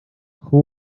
who